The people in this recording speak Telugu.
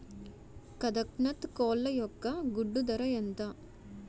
కదక్నత్ కోళ్ల ఒక గుడ్డు ధర ఎంత?